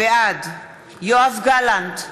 בעד יואב גלנט,